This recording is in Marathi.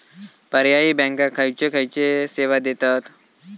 पर्यायी बँका खयचे खयचे सेवा देतत?